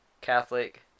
Catholic